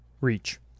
reach